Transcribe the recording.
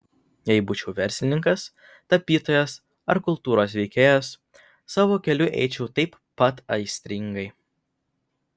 jei būčiau verslininkas tapytojas ar kultūros veikėjas savo keliu eičiau taip pat aistringai